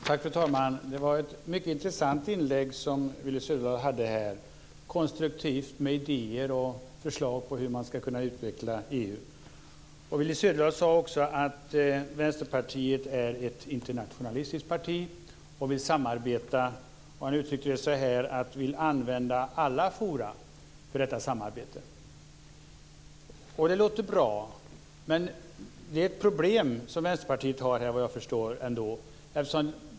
Fru talman! Det var ett mycket intressant inlägg från Willy Söderdahl. Det var konstruktivt med idéer och förslag på hur EU kan utvecklas. Willy Söderdahl sade också att Vänsterpartiet är ett internationalistiskt parti och vill använda alla forum för detta samarbete. Det låter bra. Men Vänsterpartiet har ett problem här.